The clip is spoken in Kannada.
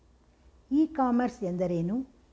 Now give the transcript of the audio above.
ಇ ಕಾಮರ್ಸ್ ಎಂದರೇನು?